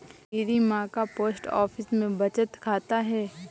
मेरी मां का पोस्ट ऑफिस में बचत खाता है